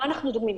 מה אנחנו דוגמים?